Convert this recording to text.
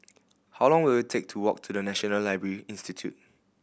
how long will it take to walk to The National Library Institute